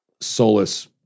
solace